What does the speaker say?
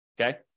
okay